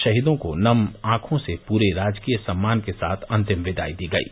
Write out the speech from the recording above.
शहीदों को नम आंखों से पूरे राजकीय सम्मान के साथ अन्तिम विदायी दी गयी